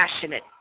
passionate